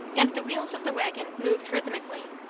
and the wheels of the waggon moved rhythmically,